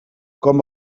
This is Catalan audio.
com